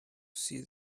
see